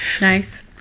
Nice